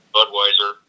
Budweiser